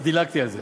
אז דילגתי על זה.